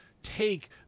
take